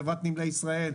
חברת נמלי ישראל,